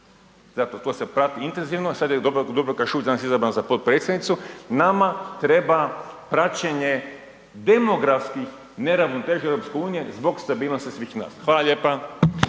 zato to se prati intenzivno, sad je Dubravka Šuica izabrana za potpredsjednicu, nama treba praćenje demografskih neravnoteža EU zbog stabilnosti svih nas. Hvala lijepa.